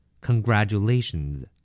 Congratulations